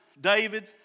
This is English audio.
David